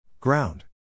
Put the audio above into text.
Ground